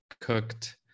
cooked